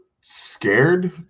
scared